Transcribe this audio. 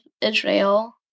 Israel